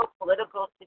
political